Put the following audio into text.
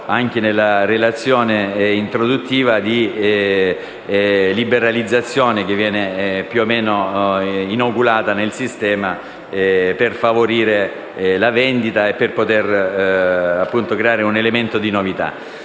anche nella relazione introduttiva di liberalizzazione che viene più o meno inoculata nel sistema per favorire la vendita e per poter creare un elemento di novità.